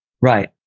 Right